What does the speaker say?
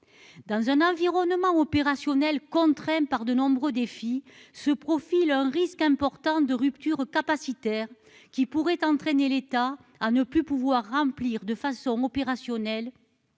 dans un environnement opérationnel contraint par de nombreux défis se profile un risque important de rupture capacitaire qui pourrait entraîner l'État à ne plus pouvoir remplir de façon opérationnelle,